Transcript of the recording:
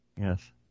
yes